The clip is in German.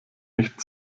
nicht